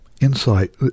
insight